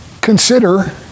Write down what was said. consider